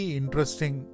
interesting